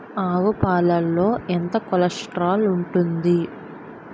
ఆవు పాలలో ఎంత కొలెస్ట్రాల్ ఉంటుంది?